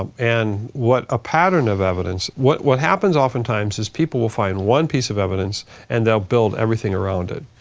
um and what a pattern of evidence. what what happens oftentimes is people will find one piece of evidence and they'll build everything around it.